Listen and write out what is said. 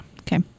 okay